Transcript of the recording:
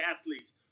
athletes